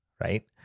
right